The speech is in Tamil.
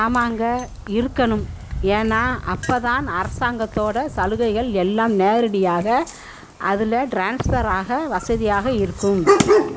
ஆமாங்க இருக்கணும் ஏன்னால் அப்போ தான் அரசாங்கத்தோடய சலுகைகள் எல்லாம் நேரடியாக அதில் ட்ரான்ஸ்ஃபர் ஆக வசதியாக இருக்கும்